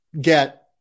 get